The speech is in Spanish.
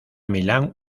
milán